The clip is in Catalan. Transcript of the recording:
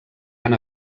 han